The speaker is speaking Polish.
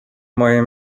moje